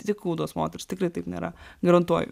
tik kūdos moterys tikrai taip nėra garantuoju